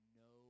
no